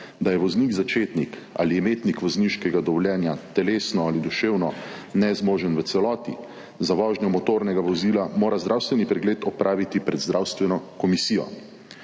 je voznik začetnik ali imetnik vozniškega dovoljenja telesno ali duševno v celoti nezmožen za vožnjo motornega vozila, mora zdravstveni pregled opraviti pred zdravstveno komisijo.